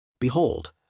behold